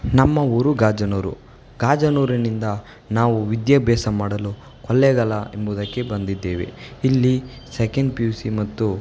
ನಮ್ಮ ಊರು ಗಾಜನೂರು ಗಾಜನೂರಿನಿಂದ ನಾವು ವಿದ್ಯಾಭ್ಯಾಸ ಮಾಡಲು ಕೊಳ್ಳೇಗಾಲ ಎಂಬುದಕ್ಕೆ ಬಂದಿದ್ದೇವೆ ಇಲ್ಲಿ ಸೆಕೆಂಡ್ ಪಿ ಯು ಸಿ ಮತ್ತು